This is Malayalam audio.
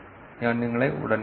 ഞാൻ നിങ്ങളെ ഉടൻ കാണും